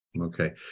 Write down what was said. Okay